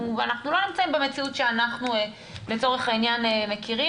ואנחנו לא נמצאים במציאות שאנחנו לצורך העניין מכירים.